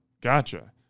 Gotcha